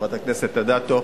חברת הכנסת אדטו,